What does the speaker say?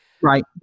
right